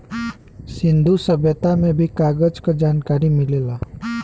सिंन्धु सभ्यता में भी कागज क जनकारी मिलेला